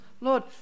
Lord